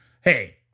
hey